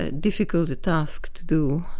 ah difficult a task to do,